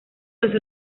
los